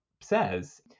says